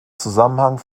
zusammenhang